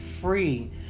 free